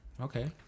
Okay